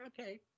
Okay